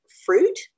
fruit